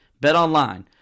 BetOnline